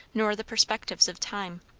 nor the perspectives of time.